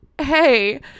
hey